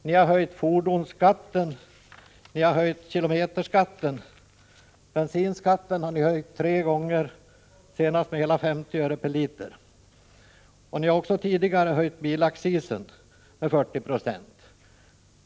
Ni har höjt fordonsskatten och kilometerskatten. Bensinskatten har ni höjt tre gånger, senast med hela 50 öre/l. Ni har tidigare höjt bilaccisen med 40 96.